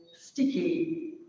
sticky